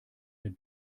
der